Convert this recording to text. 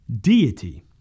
deity